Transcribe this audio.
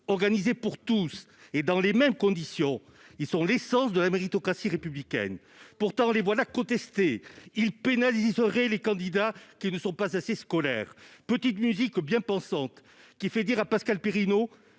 organisés pour tous et dans les mêmes conditions, les concours sont l'essence de la méritocratie républicaine. Pourtant, les voilà contestés : ils pénaliseraient les candidats qui ne sont pas assez scolaires ! Cette petite musique bien-pensante fait dire à Pascal Perrineau